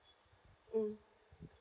mm